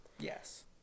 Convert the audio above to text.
yes